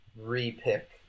re-pick